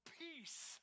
peace